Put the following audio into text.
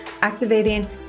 activating